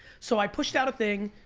so i pushed out a thing,